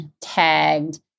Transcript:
tagged